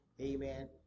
Amen